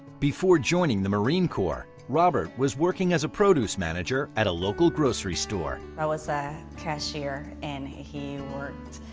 before joining the marine corp, robert was working as a produce manager at a local grocery store. i was a cashier, and he worked